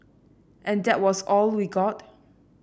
and that was all we got